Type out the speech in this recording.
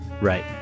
right